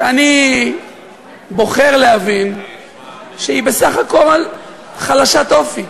שאני בוחר להבין שהיא בסך הכול חלשת אופי.